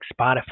Spotify